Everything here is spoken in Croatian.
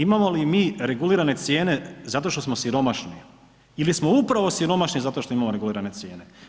Imamo li mi regulirane cijene zato što smo siromašni ili smo upravo siromašni zato što imamo regulirane cijene?